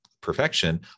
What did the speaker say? perfection